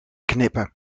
knippen